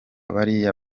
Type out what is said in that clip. bariya